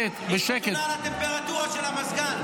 --- הטמפרטורה של המזגן.